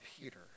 Peter